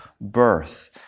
birth